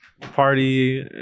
Party